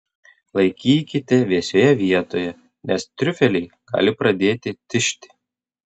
laikykite vėsioje vietoje nes triufeliai gali pradėti tižti